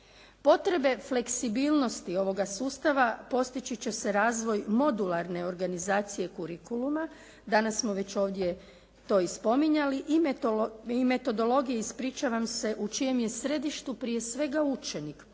Potrebe fleksibilnosti ovoga sustava postići će se razvoj modularne organizacije «curriculuma», danas smo već ovdje to i spominjali i metodologiji, ispričavam se, u čijem je središtu prije svega učenik,